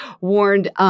warned –